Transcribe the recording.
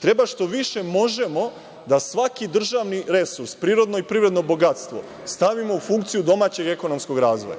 treba što više možemo da svaki državni resurs privredno i prirodno bogatstvo, stavimo u funkciju domaćeg ekonomskog razvoja.